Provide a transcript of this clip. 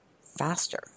faster